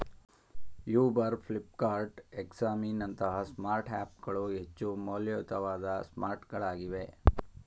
Uber, Flipkart, ಎಕ್ಸಾಮಿ ನಂತಹ smart app ಗಳು ಹೆಚ್ಚು ಮೌಲ್ಯಯುತವಾದ ಸ್ಮಾರ್ಟ್ಗಳಾಗಿವೆ